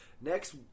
Next